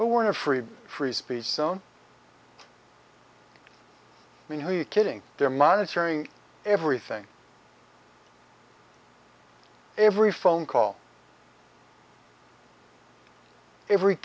but we're in a free free speech zone i mean who are you kidding they're monitoring everything every phone call every